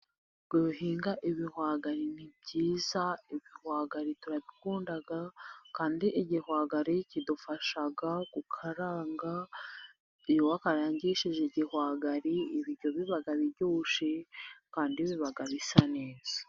Guhinga ibihwagari ni byiza. Ibihwagari turabikunda, kandi igihwagari kidufasha gukaranga. Iyo wakarangishije igihwagari ibiryo biba biryoshye kandi biba bisa neza.